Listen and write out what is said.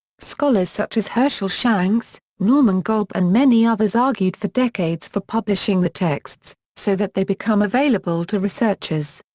scholars such as hershel shanks, norman golb and many others argued for decades for publishing the texts, so that they become available to researchers.